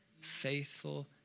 faithful